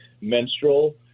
menstrual